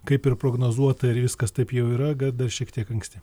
kaip ir prognozuota ir viskas taip jau yra gal dar šiek tiek anksti